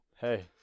Hey